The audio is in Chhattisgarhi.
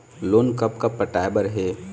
लोन कब कब पटाए बर हे?